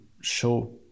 show